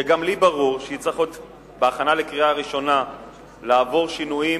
שגם לי ברור שתצטרך עוד לעבור שינויים